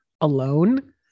alone